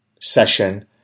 session